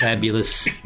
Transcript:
Fabulous